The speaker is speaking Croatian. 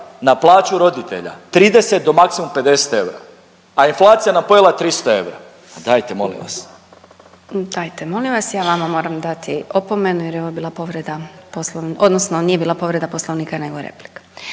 na plaću roditelja 30 do maksimum 50 eura, a inflacija nam pojela 300 eura. Pa dajte molim vas. **Glasovac, Sabina (SDP)** Dajte molim vas ja vama moram opomenu jer je ovo bila povreda Poslov… odnosno nije bila povreda Poslovnika nego replika.